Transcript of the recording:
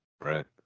Right